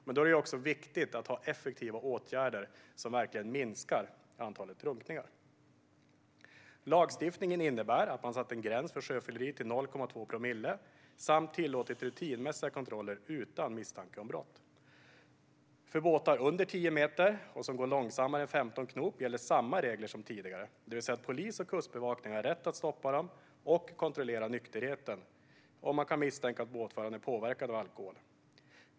Men då är det också viktigt att ha effektiva åtgärder som verkligen minskar antalet drunkningar. Lagstiftningen innebär att man satt en gräns för sjöfylleri till 0,2 promille samt tillåtit rutinmässiga kontroller utan misstanke om brott. För båtar under 10 meter och båtar som går långsammare än 15 knop gäller samma regler som tidigare, det vill säga att polis och kustbevakning har rätt att stoppa dem och kontrollera nykterheten om man kan misstänka att båtföraren är påverkad av alkohol.